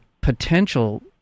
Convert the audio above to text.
potential